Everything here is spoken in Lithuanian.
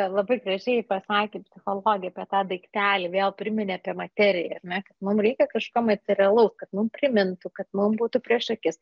labai gražiai pasakė psichologei apie tą daiktelį vėl priminė apie materiją ar ne kad mums reikia kažko materialaus kad mums primintų kad mums būtų prieš akis